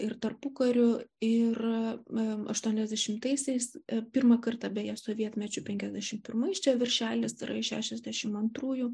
ir tarpukariu ir aštuoniasdešimtaisiais pirmą kartą beje sovietmečiu penkiasdešimt pirmais čia viršelis yra iš šešiasdešimt antrųjų